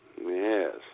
yes